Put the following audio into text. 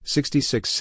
Sixty-six